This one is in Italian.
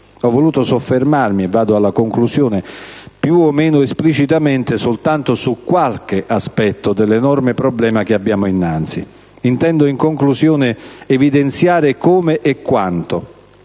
Ho voluto soffermarmi più o meno esplicitamente soltanto su qualche aspetto dell'enorme problema che abbiamo innanzi. Intendo, in conclusione, evidenziare come e quanto